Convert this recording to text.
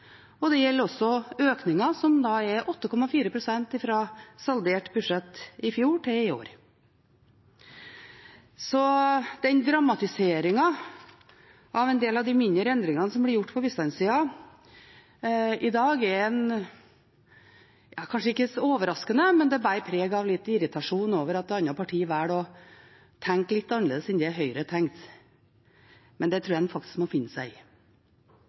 og det gjelder også økningen, som er 8,4 pst. fra saldert budsjett i fjor til i år. Dramatiseringen av en del av de mindre endringene som blir gjort på bistandssiden i dag, er kanskje ikke overraskende, men den bærer preg av litt irritasjon over at andre partier velger å tenke litt annerledes enn det Høyre tenkte. Det tror jeg en faktisk må finne seg i. Jeg tror ofte disse debattene i Stortinget har vært forsvars- og EU-debatter. I dag er det i